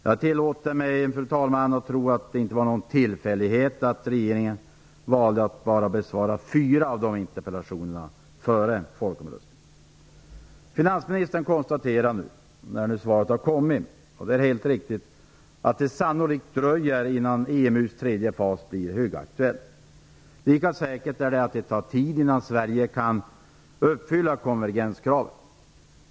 Jag tillåter mig, fru talman, att tro att det inte var någon tillfällighet att regeringen valde att bara besvara fyra av dessa interpellationer före folkomröstningen. När nu svaret har kommit konstaterar finansministern - vilket är helt riktigt - att det sannolikt dröjer innan EMU:s tredje fas blir högaktuell. Lika säkert är det att det tar tid innan Sverige kan uppfylla konvergenskraven.